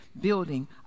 building